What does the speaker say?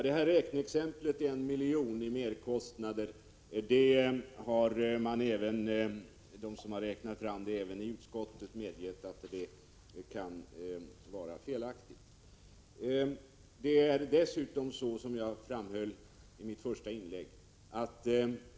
Herr talman! Även de i utskottet som har räknat fram denna miljon i merkostnader har medgett att det kan vara ett felaktigt belopp.